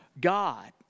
God